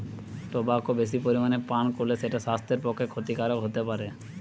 tobacco বেশি পরিমাণে পান কোরলে সেটা সাস্থের প্রতি ক্ষতিকারক হোতে পারে